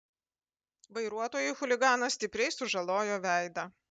vairuotojui chuliganas stipriai sužalojo veidą